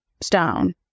stone